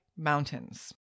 Mountains